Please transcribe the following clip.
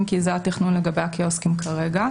אם כי זה התכנון לגבי הקיוסקים כרגע.